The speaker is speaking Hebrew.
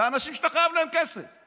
לאנשים שאתה חייב להם את הכסף